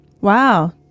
Wow